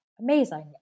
Amazing